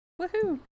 woohoo